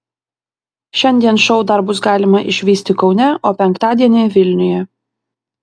šiandien šou dar bus galima išvysti kaune o penktadienį vilniuje